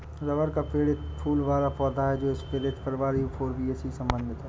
rubber का पेड़ एक फूल वाला पौधा है जो स्परेज परिवार यूफोरबियासी से संबंधित है